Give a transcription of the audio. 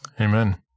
Amen